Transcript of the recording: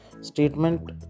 statement